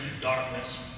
darkness